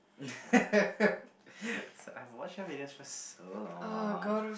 I've watched her videos for so long